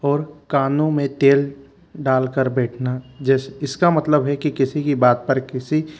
और कानों में तेल डालकर बैठना जैसे इसका मतलब है कि किसी की बात पर किसी